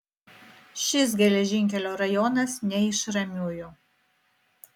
šis geležinkelio rajonas ne iš ramiųjų